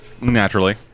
Naturally